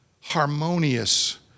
harmonious